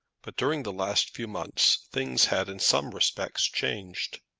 but during the last few months things had in some respects changed.